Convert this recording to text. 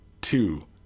two